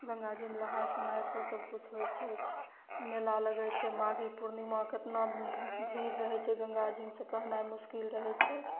गंगा जीमे नहाय सुनायके सब किछु होइ छै मेला लगय छै माघी पूर्णिमा कितना भीड़ रहय छै गंगा जीमे से कहनाइ मुश्किल रहय छै